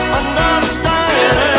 understand